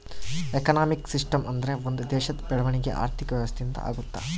economic system ಅಂದ್ರೆ ಒಂದ್ ದೇಶದ ಬೆಳವಣಿಗೆ ಆರ್ಥಿಕ ವ್ಯವಸ್ಥೆ ಇಂದ ಆಗುತ್ತ